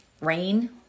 Rain